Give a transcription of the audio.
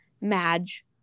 Madge